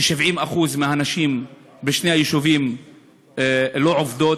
כ-70% מהנשים בשני היישובים לא עובדות,